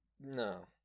No